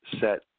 set